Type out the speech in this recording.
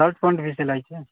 shirt पैन्टके सिलाइके